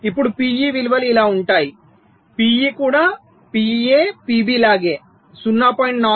ఇప్పుడు PE విలువలు ఇలా ఉంటాయి PE కూడా PA PB లాగే 0